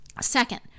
Second